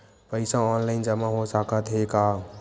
पईसा ऑनलाइन जमा हो साकत हे का?